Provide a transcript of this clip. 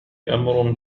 أمر